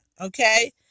okay